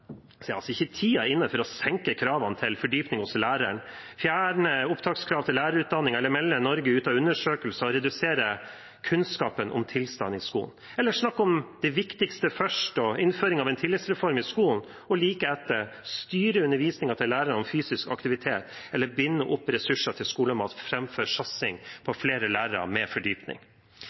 er altså ikke tiden inne til å senke kravene til fordypning hos læreren, fjerne opptakskrav til lærerutdanningen, melde Norge ut av undersøkelser og redusere kunnskapen om tilstanden i skolen, snakke om det viktigste først og innføringen av en tillitsreform i skolen og like etter styre undervisningen til lærerne med fysisk aktivitet, eller binde opp ressurser til skolemat framfor satsing på flere lærere med fordypning.